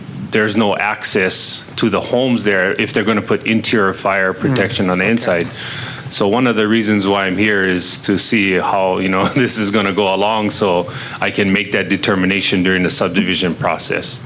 there's no access to the homes there if they're going to put interior fire protection on the inside so the reasons why i'm here is to see how you know this is going to go along so i can make that determination during the subdivision process